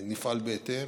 נפעל בהתאם.